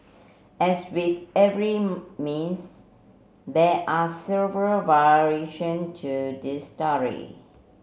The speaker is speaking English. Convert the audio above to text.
as with every myth there are several variation to this story